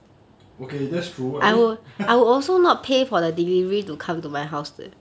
okay that's true I mean